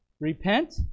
repent